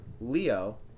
Leo